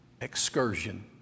excursion